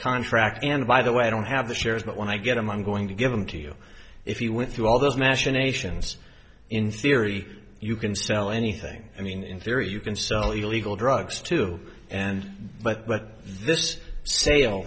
contract and by the way i don't have the shares but when i get them i'm going to give them to you if you went through all those machinations in theory you can sell anything i mean in theory you can sell the legal drugs to and but this sale